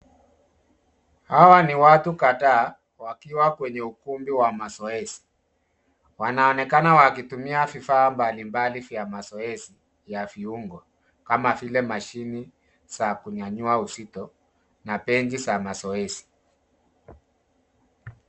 Hawa ni watu kadhaa wakiwa kwenye ukumbi wa mazoezi. Wanaonekana wakitumia vifaa mbali mbali vya mazoezi ya viungo, kama vile mashine za kunyanyua uzito na benji za mazoezi.